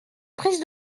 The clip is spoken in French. prise